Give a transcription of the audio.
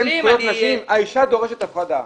האישה דורשת הפרדה.